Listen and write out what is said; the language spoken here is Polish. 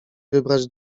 wybrać